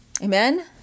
Amen